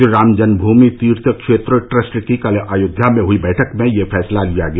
Shriram Janmabhoomi Teerth Kshetra trust की कल अयोध्या में हई बैठक में यह फैसला लिया गया